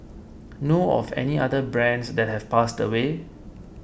know of any other brands that have passed away